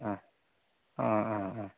অঁ অঁ অঁ